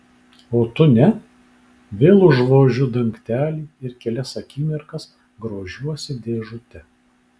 o tu ne vėl užvožiu dangtelį ir kelias akimirkas grožiuosi dėžute